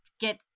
get